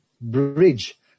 bridge